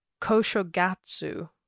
Koshogatsu